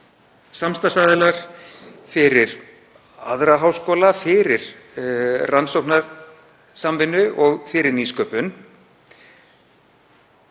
samstarfsaðilar fyrir aðra háskóla fyrir rannsóknarsamvinnu og fyrir nýsköpun.